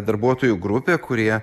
darbuotojų grupė kurie